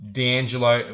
D'Angelo